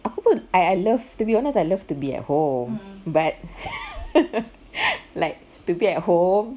aku pun I I love to be honest I love to be at home but like to be at home